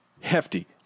hefty